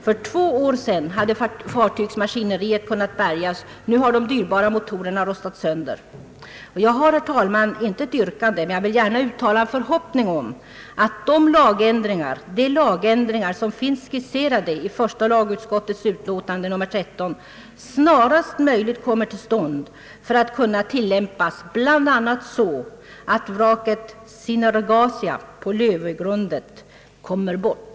För två år sedan hade fartygsmaskineriet kunnat bärgas, nu har de dyrbara motorerna rostat sönder. Jag har, herr talman, intet yrkande men vill gärna uttala en förhoppning om att de lagändringar, som finns skisserade i första lagutskottets utlåtande nr 13, snarast möjligt kommer till stånd för att kunna tillämpas bl.a. så att vraket Sinergasia på Lövögrundet kommer bort.